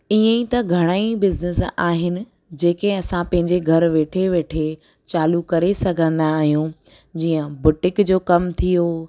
ईअं ई त घणा ई बिज़नैस आहिनि जेके असां पंहिंजे घरु वेठे वेठे चालू करे सघंदा आहियूं जीअं बुटिक जो कमु थी वियो